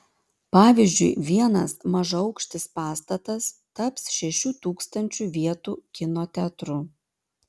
pavyzdžiui vienas mažaaukštis pastatas taps šešių tūkstančių vietų kino teatru